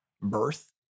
birth